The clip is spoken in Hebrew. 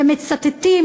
מצטטים